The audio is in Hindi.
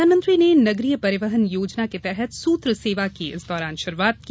प्रधानमंत्री ने नगरीय परिवहन योजना के तहत सूत्र सेवा की शुरुआत की